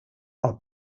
are